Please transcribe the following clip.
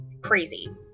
crazy